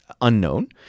unknown